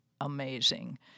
amazing